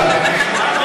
נכון.